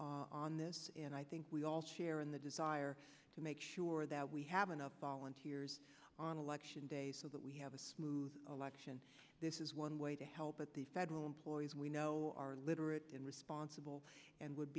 on this and i think we all share in the desire to make sure that we have enough volunteers on election day so that we have a smooth election this is one way to help but the federal employees we know are literate and responsible and would